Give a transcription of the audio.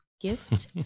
gift